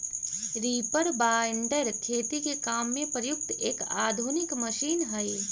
reaper binder खेती के काम में प्रयुक्त एक आधुनिक मशीन हई